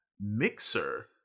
Mixer